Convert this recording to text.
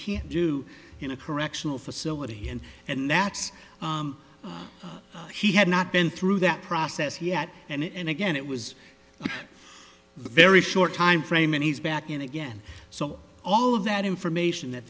can't do in a correctional facility and and that's he had not been through that process yet and again it was very short time frame and he's back in again so all of that information that